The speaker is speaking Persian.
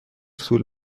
طول